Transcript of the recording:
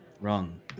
wrong